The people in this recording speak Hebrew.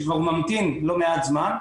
שהוא כבר ממתין לא מעט זמן,